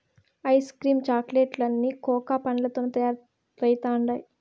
ice cream chocolate లన్నీ coca పండ్లతోనే తయారైతండాయి